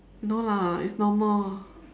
no lah it's normal